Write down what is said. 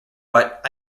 what